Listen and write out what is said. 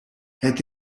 het